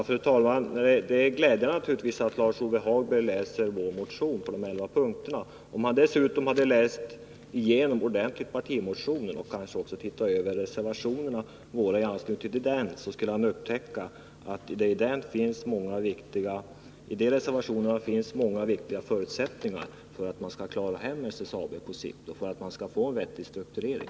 Fru talman! Det är naturligtvis glädjande att Lars-Ove Hagberg har läst alla de elva punkterna i vår motion. Men om han dessutom ordentligt hade läst igenom vår partimotion och kanske också sett på våra reservationer i anslutning till det här ärendet, skulle han ha upptäckt att det i dem finns många viktiga förutsättningar för att på sikt kunna klara SSAB och få en vettig strukturering.